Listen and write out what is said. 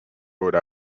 rhode